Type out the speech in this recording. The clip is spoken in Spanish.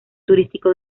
turístico